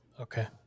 Okay